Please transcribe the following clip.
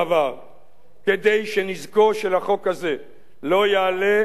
כדי שנזקו של החוק הזה לא יעלה על תועלתו,